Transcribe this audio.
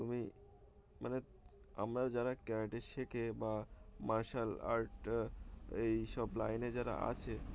তুমি মানে আমরা যারা ক্যারেটে শেখে বা মার্শাল আর্ট এই সব লাইনে যারা আছে